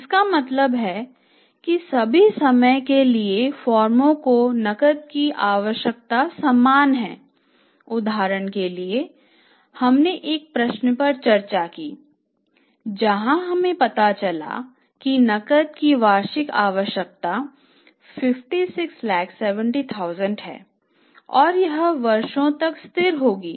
इसका मतलब है कि सभी समय के लिए फर्मों की नकद की आवश्यकता समान है उदाहरण के लिए हमने एक प्रश्न पर चर्चा की जहां हमें पता चला है कि नकद की वार्षिक आवश्यकता 5670000 है और यह वर्षों तक स्थिर रहेगी